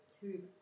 two